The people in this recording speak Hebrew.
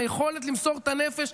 היכולת למסור את הנפש,